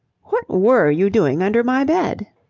what were you doing under my bed?